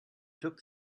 took